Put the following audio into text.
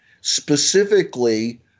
Specifically